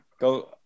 Go